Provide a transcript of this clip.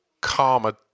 karma